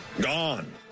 Gone